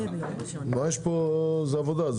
מה יש פה, זה עבודה?